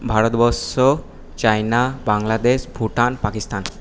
Bharatvarsha China Bangladesh Bhutan Pakistan